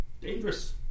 Dangerous